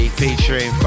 featuring